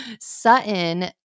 Sutton –